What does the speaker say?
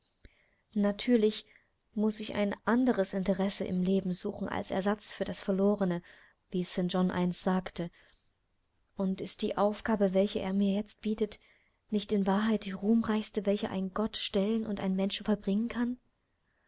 natürlich muß ich ein anderes interesse im leben suchen als ersatz für das verlorene wie st john einst sagte und ist die aufgabe welche er mir jetzt bietet nicht in wahrheit die ruhmreichste welche ein gott stellen und ein mensch vollbringen kann